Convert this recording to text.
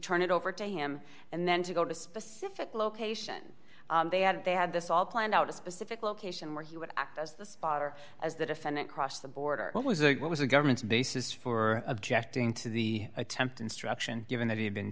turn it over to him and then to go to a specific location they had they had this all planned out a specific location where he would act as the spotter as the defendant crossed the border what was it what was the government's basis for objecting to the attempt instruction given that he had been